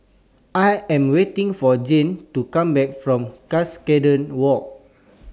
I Am waiting For Jane to Come Back from Cuscaden Walk